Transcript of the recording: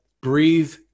breathe